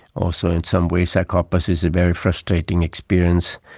also in some ways psychopathy is a very frustrating experience,